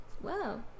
Wow